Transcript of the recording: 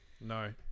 no